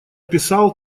писал